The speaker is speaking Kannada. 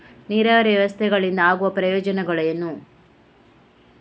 ನೀರಾವರಿ ವ್ಯವಸ್ಥೆಗಳಿಂದ ಆಗುವ ಪ್ರಯೋಜನಗಳೇನು?